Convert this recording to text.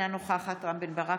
אינה נוכחת רם בן ברק,